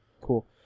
Cool